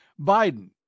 Biden